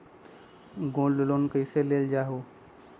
Gold loan कईसे लेल जाहु?